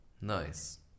nice